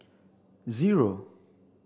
zero